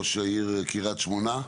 ראש העיר קריית שמונה.